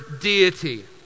deity